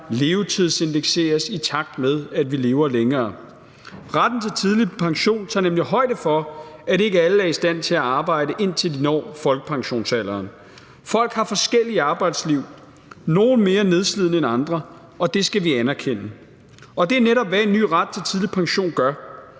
levetidsindekseres, i takt med at vi lever længere. Retten til tidlig pension tager nemlig højde for, at ikke alle er i stand til at arbejde, indtil de når folkepensionsalderen. Folk har forskellige arbejdsliv, nogle mere nedslidende end andre – og det skal vi anerkende. Det er netop, hvad en ny ret til tidlig pension gør.